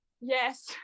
yes